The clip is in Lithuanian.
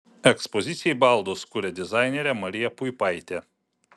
ekspozicijai baldus kuria dizainerė marija puipaitė